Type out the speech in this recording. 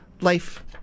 life